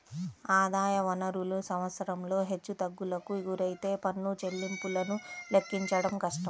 ఆదాయ వనరులు సంవత్సరంలో హెచ్చుతగ్గులకు గురైతే పన్ను చెల్లింపులను లెక్కించడం కష్టం